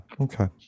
okay